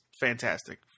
fantastic